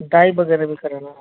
die वग़ैरह भी कराना